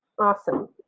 Awesome